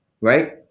right